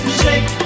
shake